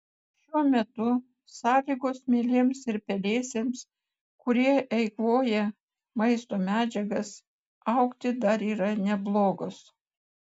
šiuo metu sąlygos mielėms ir pelėsiams kurie eikvoja maisto medžiagas augti dar yra neblogos